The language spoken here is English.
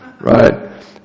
Right